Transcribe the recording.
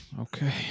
Okay